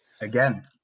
again